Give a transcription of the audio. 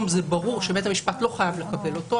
ברור שבית המשפט לא חייב לקבל אותו,